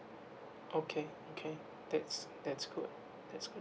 okay okay that's that's good that's good